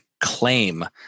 claim